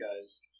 guys